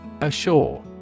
Ashore